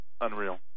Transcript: Unreal